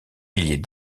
piliers